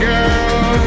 girl